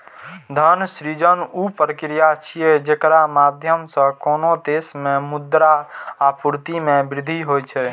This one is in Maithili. धन सृजन ऊ प्रक्रिया छियै, जेकरा माध्यम सं कोनो देश मे मुद्रा आपूर्ति मे वृद्धि होइ छै